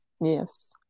Yes